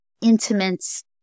intimates